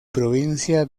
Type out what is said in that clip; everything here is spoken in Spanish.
provincia